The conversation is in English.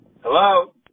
Hello